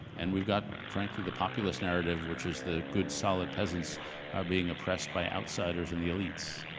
and we've got, frankly, the populist narrative, which is the good solid peasants are being oppressed by outsiders and the elites,